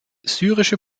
syrische